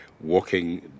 walking